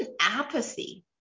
apathy